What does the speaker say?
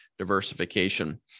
Diversification